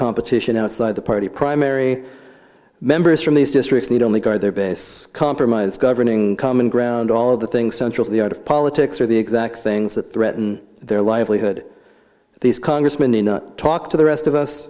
competition outside the party primary members from these districts need only go to their base compromise governing common ground all of the things central to the out of politics are the exact things that threaten their livelihood these congressmen the not talk to the rest of us